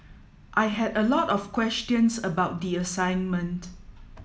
I had a lot of questions about the assignment